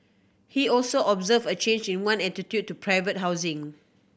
he also observed a change in one attitude to private housing